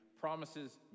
promises